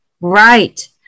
Right